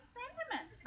sentiment